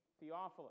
Theophilus